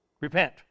Repent